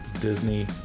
Disney